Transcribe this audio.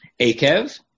Akev